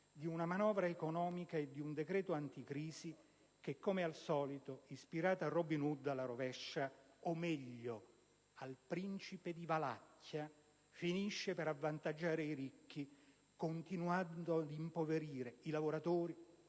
di una manovra economica e di un decreto-legge anticrisi che, come al solito ispirati ad un Robin Hood alla rovescia, o meglio al Principe di Valacchia, finiscono per avvantaggiare i ricchi continuando ad impoverire i lavoratori,